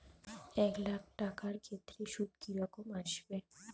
এক লাখ টাকার ক্ষেত্রে সুদ কি রকম আসবে?